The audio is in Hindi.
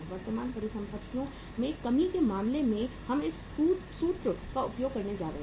वर्तमान परिसंपत्तियों में कमी के मामले में हम इस सूत्र का उपयोग करने जा रहे हैं